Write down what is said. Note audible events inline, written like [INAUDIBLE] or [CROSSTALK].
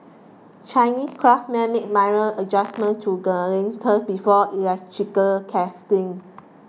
Chinese craftsmen make minor adjustments to [UNINTELLIGIBLE] before electrical testing